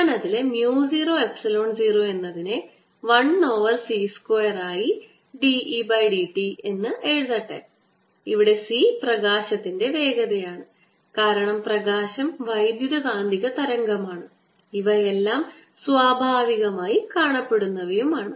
ഞാൻ അതിലെ mu 0 epsilon 0 എന്നതിനെ 1 ഓവർ C സ്ക്വയർ ആയി d E by d t എന്ന് എഴുതട്ടെ ഇവിടെ C പ്രകാശത്തിന്റെ വേഗതയാണ് കാരണം പ്രകാശം വൈദ്യുതകാന്തിക തരംഗമാണ് ഇവയെല്ലാം സ്വാഭാവികമായി കാണപ്പെടുന്നവയാണ്